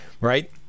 right